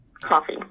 Coffee